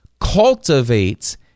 cultivates